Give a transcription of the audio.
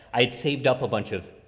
i had saved up a bunch of,